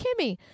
Kimmy